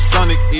Sonic